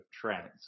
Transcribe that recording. trends